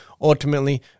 ultimately